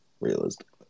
Realistically